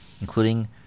including